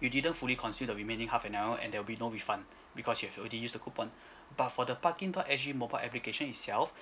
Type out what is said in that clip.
you didn't fully consume the remaining half an hour and there will be no refund because you've already used the coupon but for the parking dot S G mobile application itself